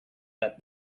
that